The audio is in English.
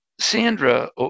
Sandra